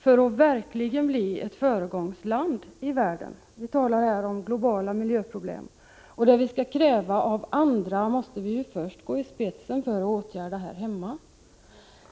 för att verkligen bli ett föregångsland i världen. Vi talar här om globala miljöproblem. Det vi skall kräva av andra måste vi ju först gå i spetsen för att åtgärda här hemma.